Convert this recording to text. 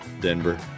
Denver